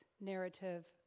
narrative